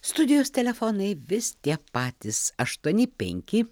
studijos telefonai vis tie patys aštuoni penki